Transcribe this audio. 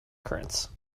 currents